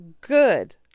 good